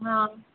हँ